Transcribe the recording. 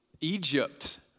Egypt